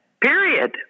period